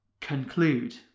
conclude